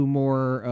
more